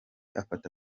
afata